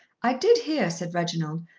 i did hear, said reginald,